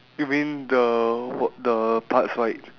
you mean the w~ the parts right